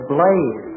Blaze